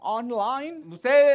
online